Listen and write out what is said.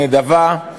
נדבה,